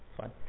Fine